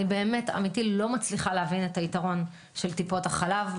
אני לא מצליחה להבין את היתרון של טיפול החלב.